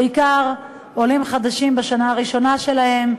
בעיקר עולים חדשים בשנה הראשונה שלהם,